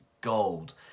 gold